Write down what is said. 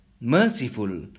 merciful